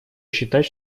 считать